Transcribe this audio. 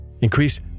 Increase